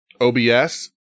OBS